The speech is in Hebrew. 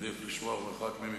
לשמור מרחק ממיקרופונים,